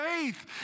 faith